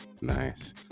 nice